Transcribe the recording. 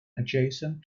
adjacent